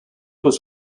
was